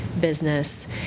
business